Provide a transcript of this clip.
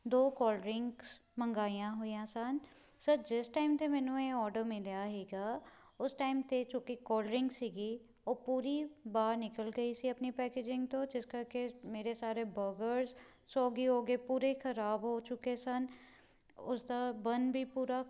ਦੋ cold drinks ਮੰਗਾਈਆਂ ਹੋਈਆਂ ਸਨ ਸਰ ਜਿਸ ਟਾਈਮ 'ਤੇ ਮੈਨੂੰ ਇਹ ਔਡਰ ਮਿਲਿਆ ਹੀਗਾ ਉਸ ਟਾਈਮ 'ਤੇ ਜੋ ਕਿ ਕੋਲ ਡਰਿੰਗ ਸੀਗੀ ਉਹ ਪੂਰੀ ਬਾਹਰ ਨਿਕਲ ਗਈ ਸੀ ਆਪਣੀ ਪੈਕਜਿੰਗ ਤੋਂ ਜਿਸ ਕਰਕੇ ਮੇਰੇ ਸਾਰੇ ਬਰਗਰ ਸੋਗੀ ਹੋ ਗਏ ਪੂਰੇ ਖਰਾਬ ਹੋ ਚੁੱਕੇ ਸਨ ਉਸਦਾ ਬੰਨ ਵੀ ਪੂਰਾ